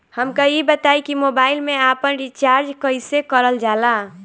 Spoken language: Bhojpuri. हमका ई बताई कि मोबाईल में आपन रिचार्ज कईसे करल जाला?